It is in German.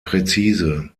präzise